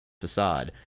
facade